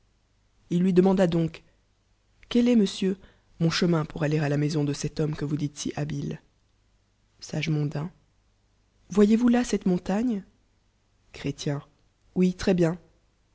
il lui demanda donc quel elt mon sieur mon chemin pour aller à la maison de cet homme que voua dites si habile le sayenmndain voyéz voa là mont cette montagne chrét ui très bien